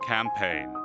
Campaign